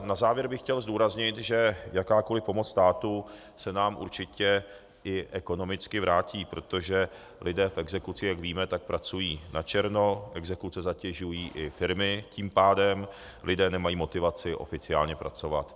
Na závěr bych chtěl zdůraznit, že jakákoli pomoc státu se nám určitě i ekonomický vrátí, protože lidé v exekuci, jak víme, pracují načerno, exekuce zatěžují i firmy tím pádem, lidé nemají motivaci oficiálně pracovat.